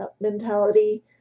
mentality